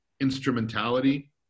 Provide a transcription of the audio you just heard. instrumentality